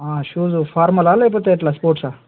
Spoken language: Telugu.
షూస్ ఫార్మలా లేకపోతే ఎట్లా స్పోర్ట్ ఆ